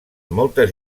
moltes